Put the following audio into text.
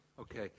Okay